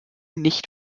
nicht